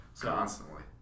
constantly